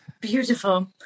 Beautiful